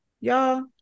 y'all